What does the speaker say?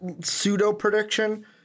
pseudo-prediction